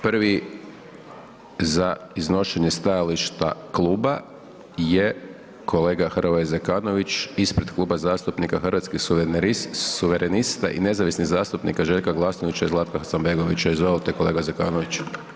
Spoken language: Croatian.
Prvi za iznošenje stajališta kluba je kolega Hrvoje Zekanovića ispred Kluba zastupnika Hrvatskih suverenista i nezavisnih zastupnika Željka Glasnovića i Zlatka Hasanbegovića, izvolite kolega Zekanović.